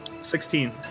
Sixteen